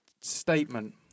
statement